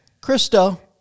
Christo